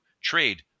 trade